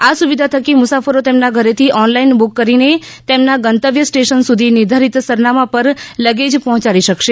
આ સુવિધા થકી મુસાફરો તેમના ઘરેથી ઓનલાઈન બૂક કરીને તેમના ગંતવ્ય સ્ટેશન સુધી નિર્ધારિત સરનામાં પર લગેજ પહોંચાડી શકશે